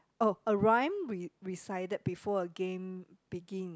oh a rhyme re~ recited before a game begin